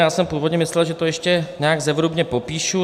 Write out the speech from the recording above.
Já jsem původně myslel, že to ještě nějak zevrubně popíšu.